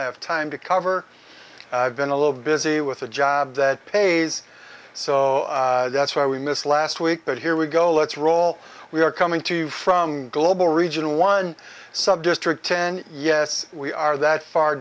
have time to cover been a little busy with a job that pays so that's why we missed last week but here we go let's roll we are coming to you from global region one subdistrict ten yes we are that far